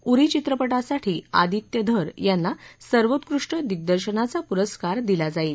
उरी चित्रपासाठी आदित्य धर यांना सर्वोत्कृष्ट दिग्दर्शनाचा पुरस्कार दिला जाईल